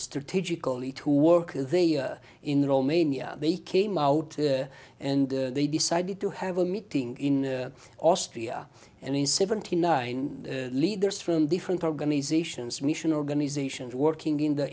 strategically to work are they in romania they came out and they decided to have a meeting in austria and in seventy nine leaders from different organizations mission organizations working in the